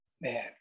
Man